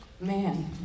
man